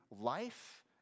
life